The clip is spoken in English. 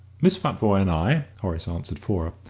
miss futvoye and i, horace answered for